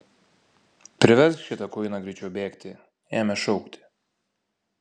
priversk šitą kuiną greičiau bėgti ėmė šaukti